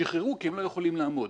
שחררו כי הם לא יכולים לעמוד.